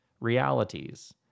realities